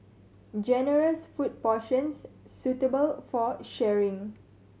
generous food portions suitable for sharing